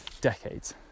decades